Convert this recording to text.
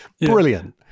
Brilliant